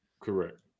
Correct